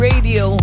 Radio